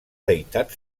deïtat